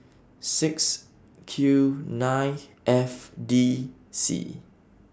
six Q nine F D C